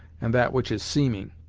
and that which is seeming.